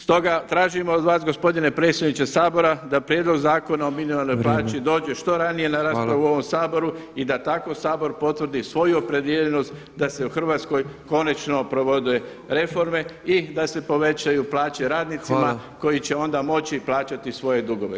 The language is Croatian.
Stoga tražim od vas gospodine predsjedniče Sabora da Prijedlog zakona o minimalnoj plaći [[Upadica predsjednik: Vrijeme.]] dođe što ranije na raspravu u ovom Saboru i da tako Sabor potvrdi svoju opredijeljenost da se u Hrvatskoj konačno provode reforme i da se povećaju radnicima koji će onda moći plaćati svoje dugove.